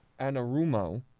Anarumo